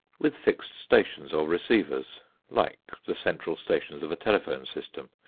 with fixed stations or receivers like the central stations of a telephone system,